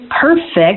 perfect